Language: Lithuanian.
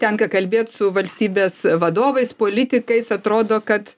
tenka kalbėt su valstybės vadovais politikais atrodo kad